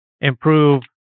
improve